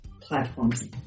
platforms